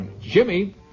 Jimmy